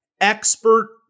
Expert